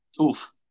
Oof